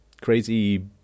crazy